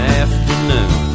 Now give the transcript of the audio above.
afternoon